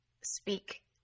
speak